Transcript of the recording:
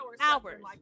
hours